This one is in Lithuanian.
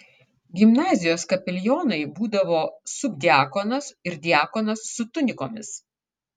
gimnazijos kapelionai būdavo subdiakonas ir diakonas su tunikomis